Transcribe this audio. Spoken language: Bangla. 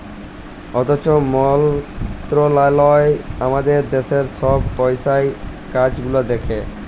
অথ্থ মলত্রলালয় আমাদের দ্যাশের ছব পইসার কাজ গুলা দ্যাখে